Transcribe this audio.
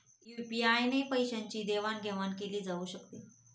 UPI ने पैशांची देवाणघेवाण केली जाऊ शकते